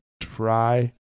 try